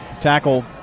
tackle